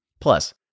Plus